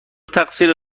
تقصیر